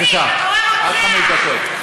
בבקשה, עד חמש דקות.